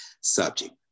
subject